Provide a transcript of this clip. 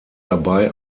dabei